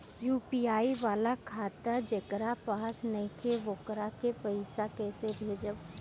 UPI वाला खाता जेकरा पास नईखे वोकरा के पईसा कैसे भेजब?